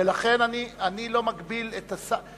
ולכן אני לא מגביל את השר.